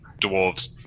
dwarves